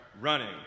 running